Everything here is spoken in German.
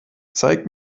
zeig